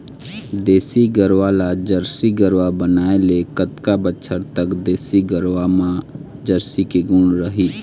देसी गरवा ला जरसी गरवा बनाए ले कतका बछर तक देसी गरवा मा जरसी के गुण रही?